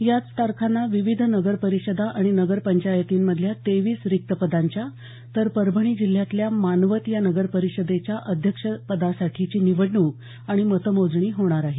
याच तारखांना विविध नगरपरिषदा आणि नगरपंचायतींमधल्या तेवीस रिक्तपदांच्या तर परभणी जिल्ह्यातल्या मानवत या नगरपरिषदेच्या अध्यक्षपदासाठीची निवडणूक आणि मतमोजणी होणार आहे